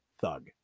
thug